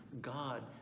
God